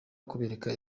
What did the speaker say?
kubereka